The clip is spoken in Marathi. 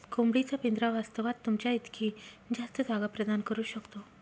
कोंबडी चा पिंजरा वास्तवात, तुमच्या इतकी जास्त जागा प्रदान करू शकतो